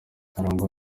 arangwa